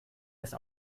erst